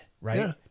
right